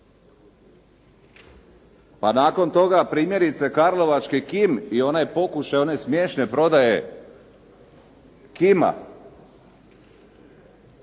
Pa nakon toga primjerice karlovački KIM i onaj pokušaj, one smiješne prodaje KIM-a,